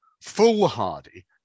foolhardy